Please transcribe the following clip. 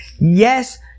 Yes